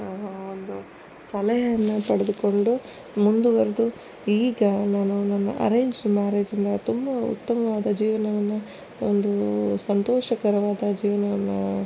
ಒಂದು ಸಲಹೆಯನ್ನು ಪಡೆದುಕೊಂಡು ಮುಂದುವರೆದು ಈಗ ನಾನು ನನ್ನ ಅರೇಂಜ್ಡ್ ಮ್ಯಾರೇಜ್ನ ತುಂಬ ಉತ್ತಮವಾದ ಜೀವನವನ್ನು ಒಂದು ಸಂತೋಷಕರವಾದ ಜೀವನವನ್ನು